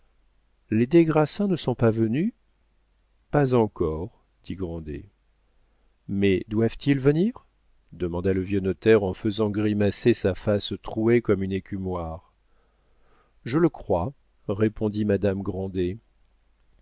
les des grassins ne sont pas venus pas encore dit grandet mais doivent-ils venir demanda le vieux notaire en faisant grimacer sa face trouée comme une écumoire je le crois répondit madame grandet